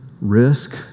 risk